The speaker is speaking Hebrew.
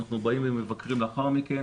אנחנו מבקרים לאחר מכן,